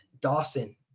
Dawson